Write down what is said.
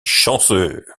chanceux